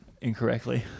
incorrectly